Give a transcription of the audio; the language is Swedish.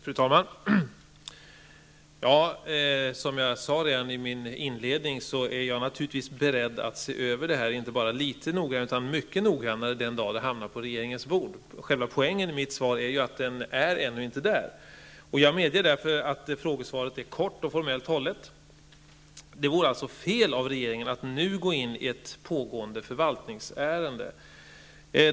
Fru talman! Som jag sade i mitt inledningsanförande, är jag naturligtvis beredd att se över ärendet inte bara litet utan mycket noggrannare den dag det hamnar på regeringens bord. Själva poängen i mitt svar är att ärendet ännu ej har kommit dit. Jag medger därför att frågesvaret är kort och formellt hållet. Det vore fel av regeringen att nu gå in i ett pågående förvaltningsärende.